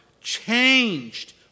changed